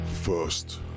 First